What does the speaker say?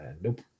Nope